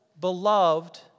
beloved